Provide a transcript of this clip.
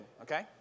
okay